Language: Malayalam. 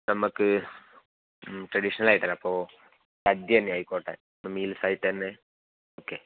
നമ്മൾക്ക് ട്രഡീഷണലായിട്ടല്ലേ അപ്പോൾ സദ്യ തന്നെ ആയിക്കോട്ടെ അപ്പോൾ മീൽസായിട്ടുതന്നെ ഓക്കെ